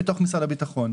עם משרד הביטחון,